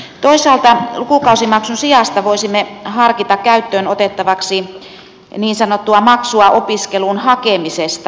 toisaalta lukukausimaksun sijasta voisimme harkita käyttöön otettavaksi niin sanottua maksua opiskeluun hakemisesta